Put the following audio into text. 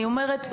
אני אומרת,